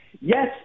yes